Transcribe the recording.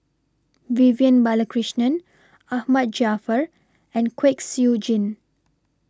Vivian Balakrishnan Ahmad Jaafar and Kwek Siew Jin